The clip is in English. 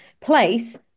place